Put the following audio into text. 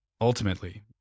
ultimately